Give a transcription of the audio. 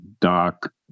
doc